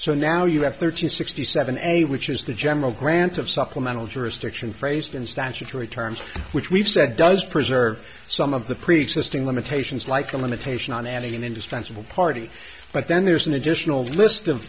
so now you have thirty sixty seven a which is the general grant of supplemental jurisdiction phrased in statutory terms which we've said does preserve some of the preexisting limitations like the limitation on anything indispensable party but then there's an additional list of